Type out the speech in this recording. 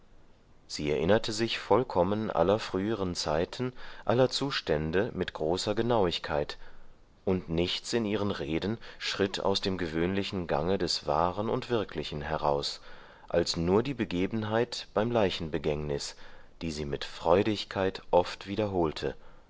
sie erinnerte sich vollkommen aller früheren zeiten aller zustände mit großer genauigkeit und nichts in ihren reden schritt aus dem gewöhnlichen gange des wahren und wirklichen heraus als nur die begebenheit beim leichenbegängnis die sie mit freudigkeit oft wiederholte